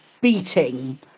beating